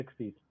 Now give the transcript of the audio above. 60s